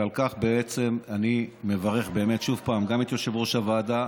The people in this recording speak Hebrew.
ועל כך אני מברך באמת עוד פעם גם את יושב-ראש הוועדה,